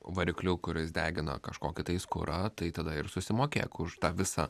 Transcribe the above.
varikliu kuris degina kažkokį tai kurą tada ir susimokėk už tą visą